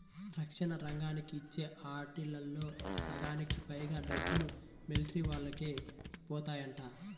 రక్షణ రంగానికి ఇచ్చే ఆటిల్లో సగానికి పైగా డబ్బులు మిలిటరీవోల్లకే బోతాయంట